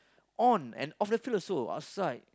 on and off the field also outside